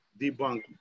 debunk